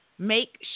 Make